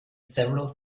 several